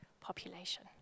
population